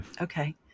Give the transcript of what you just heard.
okay